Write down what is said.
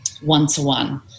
one-to-one